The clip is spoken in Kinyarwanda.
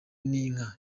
n’inka